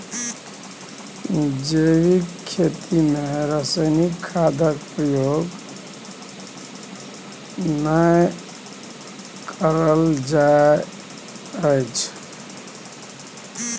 जैबिक खेती मे रासायनिक खादक प्रयोग नहि कएल जाइ छै